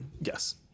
Yes